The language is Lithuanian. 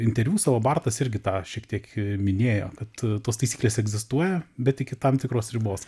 interviu savo bartas irgi tą šiek tiek minėjo kad tos taisyklės egzistuoja bet iki tam tikros ribos